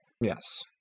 Yes